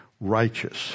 righteous